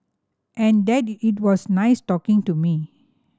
and that it was nice talking to me